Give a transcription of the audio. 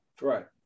right